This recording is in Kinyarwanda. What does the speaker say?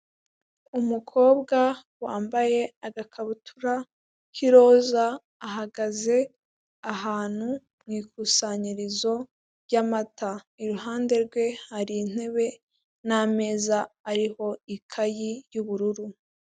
Umukobwa wambaye agakabutura k'iroza ahagaze ahantu mu ikusanyirizo ry'amata, iruhande rwe hari intebe n'ameza ariho ikayi y'ubururu.